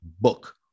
book